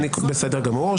בסדר גמור.